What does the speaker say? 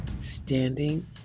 standing